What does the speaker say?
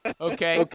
Okay